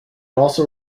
also